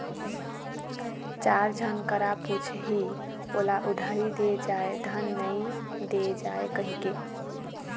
चार झन करा पुछही ओला उधारी दे जाय धन नइ दे जाय कहिके